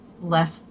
less